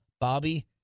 Bobby